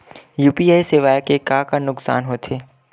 UPI सेवाएं के का नुकसान हो थे?